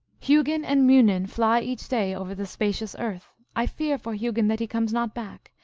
hugin and mimin fly each day over the spacious earth. i fear for hugin that he comes not back,